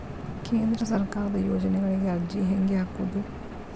ಕೇಂದ್ರ ಸರ್ಕಾರದ ಯೋಜನೆಗಳಿಗೆ ಅರ್ಜಿ ಹೆಂಗೆ ಹಾಕೋದು?